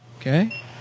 Okay